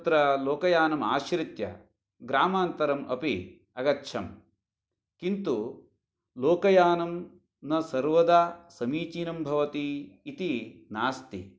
तत्र लोकयानम् आश्रित्य ग्रामान्तरम् अपि अगच्छम् किन्तु लोकयानं न सर्वदा समीचीनं भवति इति नास्ति